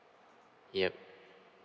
yup